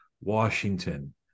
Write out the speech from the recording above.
Washington